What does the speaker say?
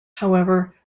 however